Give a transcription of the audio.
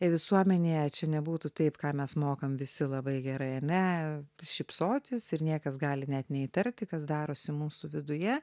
visuomenėje čia nebūtų taip ką mes mokam visi labai gerai ane šypsotis ir niekas gali net neįtarti kas darosi mūsų viduje